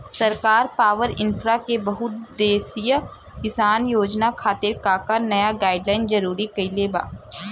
सरकार पॉवरइन्फ्रा के बहुउद्देश्यीय किसान योजना खातिर का का नया गाइडलाइन जारी कइले बा?